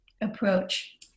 approach